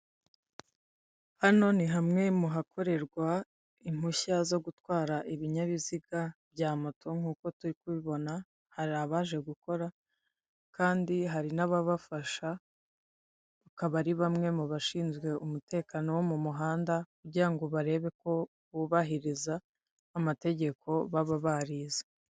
Hano ni hamwe muhakorerwa impushya zo gutwara ibinyabiziga bya moto nk'uko turi kubibona hari abaje gukora kandi hari n'ababafasha, akaba ari bamwe mu bashinzwe umutekano wo mu muhanda kugira ngo barebe ko bubahiriza amategeko baba barize.